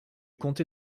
comté